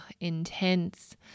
intense